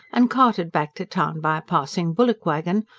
and carted back to town by a passing bullock-waggon,